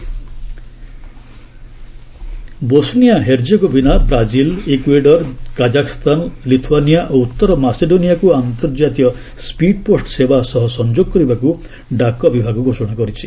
gov speed post Bosnia Herzegovina Brazil Ecuador Kazakhstan Lithuania ଓ ଉତ୍ତର ମାସେଡୋନିଆକୁ ଅନ୍ତର୍ଜାତୀୟ ସ୍ୱିଡ୍ ପୋଷ୍ଟ ସେବା ସହ ସଂଯୋଗ କରିବାକୁ ଡାକ ବିଭାଗ ଘୋଷଣା କରିଛି